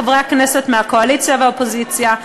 חברי הכנסת מהקואליציה והאופוזיציה,